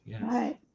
Right